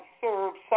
served